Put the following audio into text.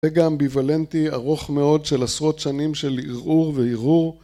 רגע אמביוולנטי ארוך מאוד של עשרות שנים של ערעור והרהור